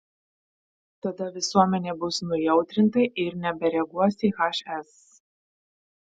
tada visuomenė bus nujautrinta ir nebereaguos į hs